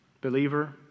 Believer